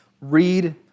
read